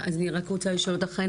אני רק רוצה לשאול אותך, חן.